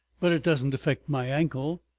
but it doesn't affect my ankle.